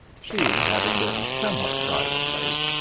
she, having been somewhat tried of late,